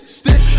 stick